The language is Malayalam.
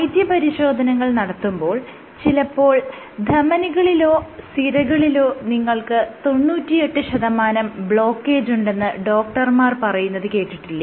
വൈദ്യപരിശോധനകൾ നടത്തുമ്പോൾ ചിലപ്പോൾ ധമനികളിലോ സിരകളിലോ നിങ്ങൾക്ക് 98 ശതമാനം ബ്ലോക്കേജുണ്ടെന്ന് ഡോക്ടർമാർ പറയുന്നത് കേട്ടിട്ടില്ലേ